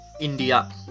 India